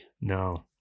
No